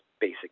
basic